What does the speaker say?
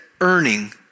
earning